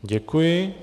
Děkuji.